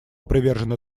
привержено